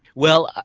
well,